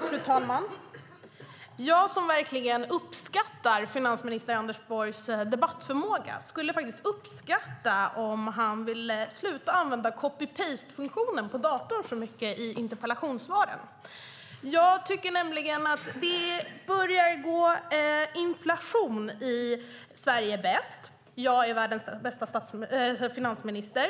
Fru talman! Jag som verkligen uppskattar finansminister Anders Borgs debattförmåga skulle faktiskt sätta värde på om han ville sluta använda copy-paste-funktionen på datorn så mycket i interpellationssvaren. Det börjar gå inflation i "Sverige är bäst", "jag är världens bästa finansminister"